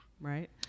right